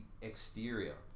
exterior